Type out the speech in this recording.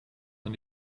van